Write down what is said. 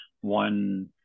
one